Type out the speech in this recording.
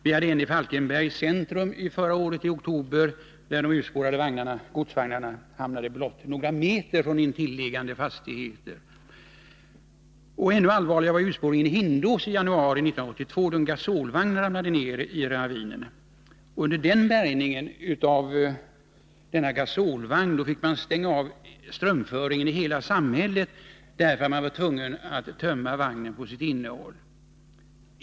Vi hade en olycka i Falkenbergs centrum i oktober förra året, där de urspårade godsvagnarna hamnade blott några meter från intilliggande fastigheter. Ännu allvarligare var urspårningen i Hindås i januari 1982, då en gasolvagn ramlade ner i en ravin. Under bärgningen av denna gasolvagn fick man stänga av strömförsörjningen i hela samhället, därför att man var tvungen att tömma vagnen på dess innehåll.